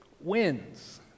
wins